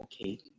okay